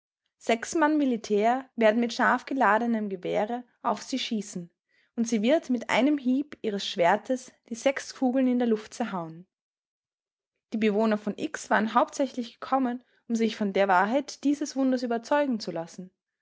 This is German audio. sechs mann militär werden mit scharfgeladenem gewehre auf sie schießen und sie wird mit einem hiebe ihres schwertes die sechs kugeln in der luft zerhauen die bewohner von x waren hauptsächlich gekommen um sich von der wahrheit dieses wunders überzeugen zu lassen